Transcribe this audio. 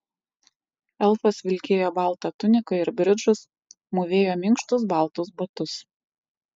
elfas vilkėjo baltą tuniką ir bridžus mūvėjo minkštus baltus batus